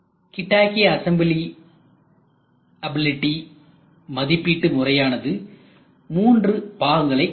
கிட்டகி assemblability மதிப்பீட்டு முறையானது மூன்று பாகங்களைக் கொண்டது